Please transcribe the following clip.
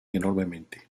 enormemente